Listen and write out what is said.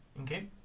Okay